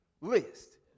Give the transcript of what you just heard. list